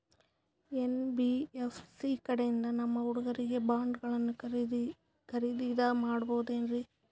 NBFC ಕಡೆಯಿಂದ ನಮ್ಮ ಹುಡುಗರಿಗೆ ಬಾಂಡ್ ಗಳನ್ನು ಖರೀದಿದ ಮಾಡಬಹುದೇನ್ರಿ?